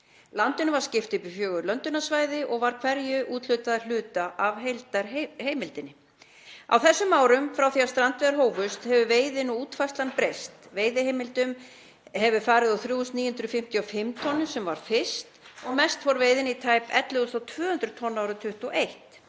Landinu var skipt upp í fjögur löndunarsvæði og var hverju úthlutað hluta af heildarheimildinni. Á þessum árum frá því að strandveiðar hófust hefur veiðin og útfærslan breyst. Veiðiheimildir hafa farið úr 3.955 tonnum, sem var fyrst, og mest fór veiðin í tæp 11.200 tonn árið 2021.